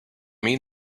mean